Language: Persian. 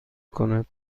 کند